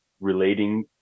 relating